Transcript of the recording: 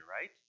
right